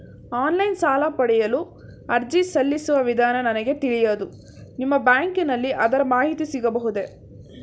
Online ಸಾಲ ಪಡೆಯಲು ಅರ್ಜಿ ಸಲ್ಲಿಸುವ ವಿಧಾನ ನನಗೆ ತಿಳಿಯದು ನಿಮ್ಮ ಬ್ಯಾಂಕಿನಲ್ಲಿ ಅದರ ಮಾಹಿತಿ ಸಿಗಬಹುದೇ?